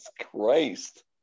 Christ